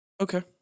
Okay